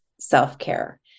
self-care